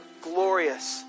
glorious